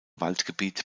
waldgebiet